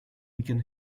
weaken